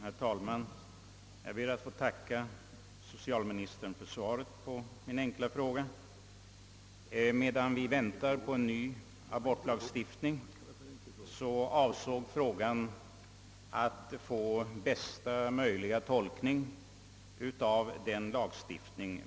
Herr talman! Jag ber att få tacka socialministern för svaret på min interpellation. Medan vi väntar på en ny abortlagstiftning bör vi försöka få bästa möjliga tolkning av nu gällande lagstiftning.